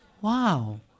Wow